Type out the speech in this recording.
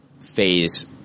phase